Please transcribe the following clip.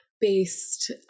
based